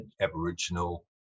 aboriginal